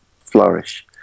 flourish